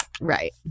right